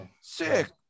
sick